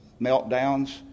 meltdowns